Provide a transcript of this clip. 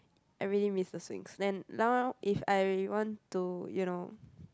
I really miss the swings then now if I want to you know